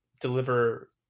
deliver